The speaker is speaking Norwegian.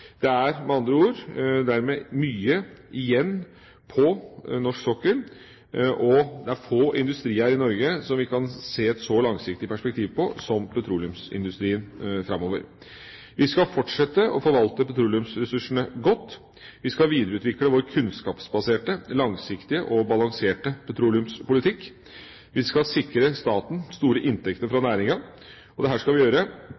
Det er med andre ord mye igjen på norsk sokkel, og det er få industrier i Norge som har et så langsiktig perspektiv som petroleumsindustrien. Vi skal fortsette å forvalte petroleumsressursene godt. Vi skal videreutvikle vår kunnskapsbaserte, langsiktige og balanserte petroleumspolitikk. Vi skal sikre staten store inntekter fra næringa. Dette skal vi gjøre